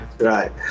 Right